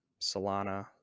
Solana